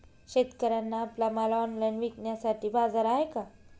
शेतकऱ्यांना आपला माल ऑनलाइन विकण्यासाठी बाजार आहे का?